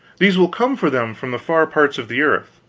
these will come for them from the far parts of the earth.